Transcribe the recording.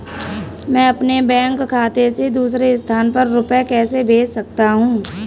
मैं अपने बैंक खाते से दूसरे स्थान पर रुपए कैसे भेज सकता हूँ?